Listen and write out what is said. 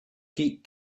keep